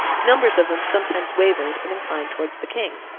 numbers of them sometimes wavered and inclined towards the king.